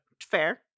Fair